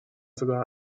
sogar